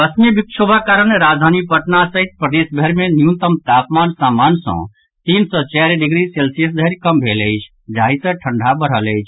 पश्चिमी विक्षोभक कारण राजधानी पटना सहित प्रदेशभरि मे न्यूनतम तापमान सामान्य सँ तीन सँ चारि डिग्री सेल्सियस धरि कम भेल अछि जाहि सँ ठंढा बढ़ल अछि